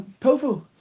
tofu